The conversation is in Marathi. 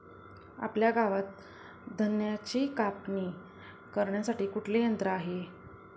आपल्या गावात धन्याची कापणी करण्यासाठी कुठले यंत्र आहे?